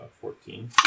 Fourteen